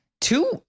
two –